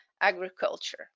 agriculture